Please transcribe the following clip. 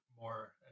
more